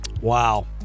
wow